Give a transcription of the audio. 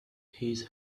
his